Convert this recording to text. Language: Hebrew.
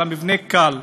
אלא מבנה קל.